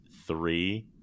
three